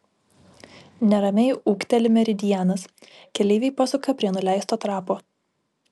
neramiai ūkteli meridianas keleiviai pasuka prie nuleisto trapo